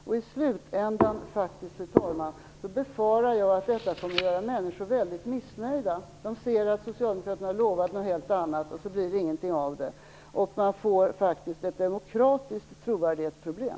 I slutändan befarar jag att detta kommer att göra människor mycket missnöjda, fru talman, eftersom socialdemokraterna har lovat någonting helt annat. Blir det ingenting av det får man ett demokratiskt trovärdighetsproblem.